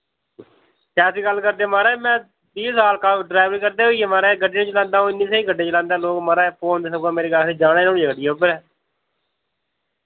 कैसी गल्ल करदे माराज मैं बीह् साल का ड्रैवरी करदे होइये माराज गड्डी चलांदा अऊं इन्नी स्हेई गड्डी चलांदा लोक माराज जाना ही नुआढ़िये गड्डियै उप्पर ऐ